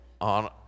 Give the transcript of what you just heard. on